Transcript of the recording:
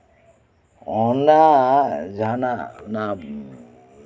ᱚᱱᱟ ᱡᱟᱦᱟᱱᱟᱜ